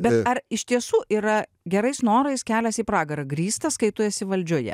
bet ar iš tiesų yra gerais norais kelias į pragarą grįstas kai tu esi valdžioje